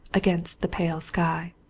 against the pale sky.